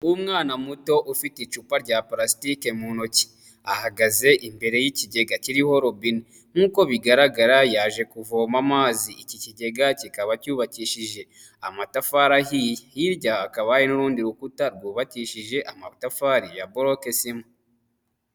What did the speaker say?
Umwana muto ufite icupa rya palasitike mu ntoki ahagaze imbere y'ikigega kiriho robine. Nk'uko bigaragara yaje kuvoma amazi, iki kigega kikaba cyubakishije amatafari ahiye hirya hakaba n'urundi rukuta rwubakishije amatafari ya boloke sima.